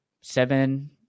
Seven